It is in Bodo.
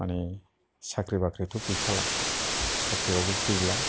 माने साख्रि बाख्रिथ' गैखाला साख्रियावबो गैला